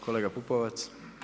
Kolega Pupovac.